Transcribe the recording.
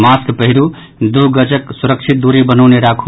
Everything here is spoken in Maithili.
मास्क पहिरू दू गजक सुरक्षित दूरी बनौने राखु